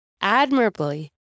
admirably